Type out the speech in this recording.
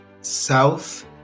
south